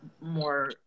more